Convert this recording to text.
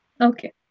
Okay